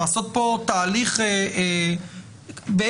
לעשות פה תהליך מחייב,